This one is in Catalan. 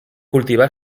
cultivà